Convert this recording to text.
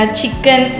chicken